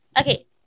okay